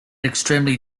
extremely